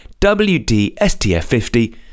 WDSTF50